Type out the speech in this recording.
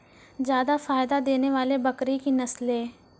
जादा फायदा देने वाले बकरी की नसले?